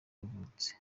yavutse